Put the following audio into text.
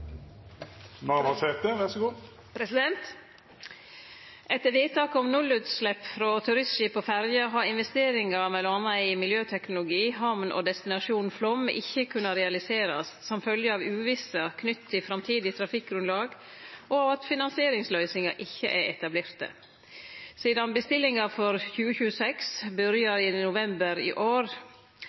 har fått. Så følger vi denne utviklingen. «Etter vedtak om nullutslepp frå turistskip- og ferjer har investeringar m.a. i miljøteknologi, hamn og destinasjonen Flåm ikkje kunna realiserast, som følgje av uvisse knytt til framtidig trafikkgrunnlag og av at finansieringsløysingar ikkje er etablerte. Sidan bestillinga for 2026 byrjar i november i år,